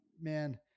man